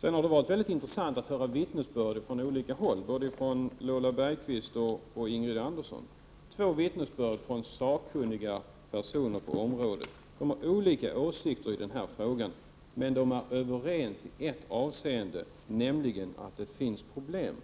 Det har varit intressant att få vittnesbörd från olika håll, t.ex. av Lola Björkquist och Ingrid Andersson, som är sakkunniga personer på området. De har olika åsikter i denna fråga, men de är överens i ett avseende, nämligen om att det finns problem.